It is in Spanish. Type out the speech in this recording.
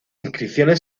inscripciones